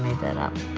that up